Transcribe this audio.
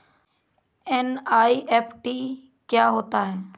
NEFT क्या होता है?